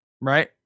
Right